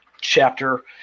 chapter